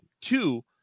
Two